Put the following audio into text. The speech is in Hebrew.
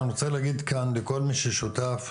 אני רוצה להגיד כאן לכל מי ששותף,